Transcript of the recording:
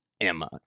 Emma